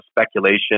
speculation